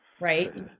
right